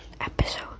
episode